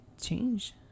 change